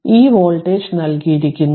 ഇപ്പോൾ ഈ വോൾട്ടേജ് നൽകിയിരിക്കുന്നു